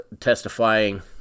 testifying